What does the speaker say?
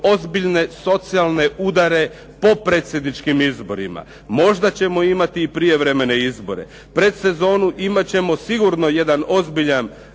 ozbiljne socijalne udare po predsjedničkim izborima. Možda ćemo imati i prijevremene izbore. Pred sezonu imat ćemo sigurno jedan ozbiljan